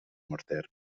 morter